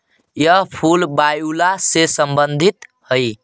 यह फूल वायूला से संबंधित हई